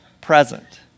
present